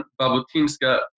Babutinska